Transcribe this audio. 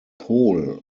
pohl